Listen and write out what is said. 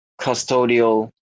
custodial